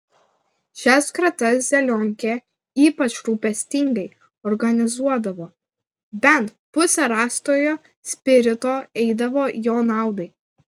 šias kratas zelionkė ypač rūpestingai organizuodavo bent pusė rastojo spirito eidavo jo naudai